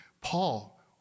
Paul